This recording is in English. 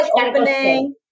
opening